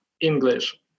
English